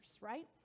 right